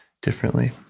differently